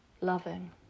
loving